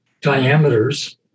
diameters